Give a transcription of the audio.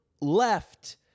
left